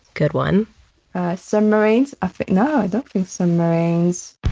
good one submarines ah no, i don't think submarines